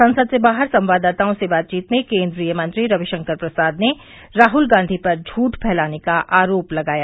संसद से बाहर संवाददाताओं से बातचीत में केन्द्रीय मंत्री रविशंकर प्रसाद ने राहुल गांधी पर झूठ फैलाने का आरोप लगाया